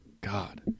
God